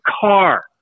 car